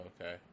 okay